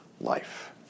life